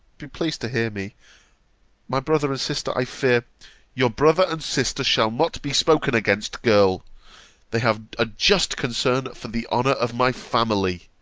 be pleased to hear me my brother and sister, i fear your brother and sister shall not be spoken against, girl they have a just concern for the honour of my family.